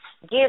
give